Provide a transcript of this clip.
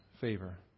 favor